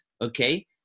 Okay